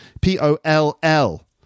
P-O-L-L